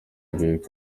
agahigo